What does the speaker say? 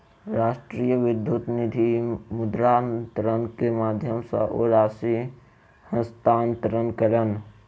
राष्ट्रीय विद्युत निधि मुद्रान्तरण के माध्यम सॅ ओ राशि हस्तांतरण कयलैन